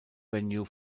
venue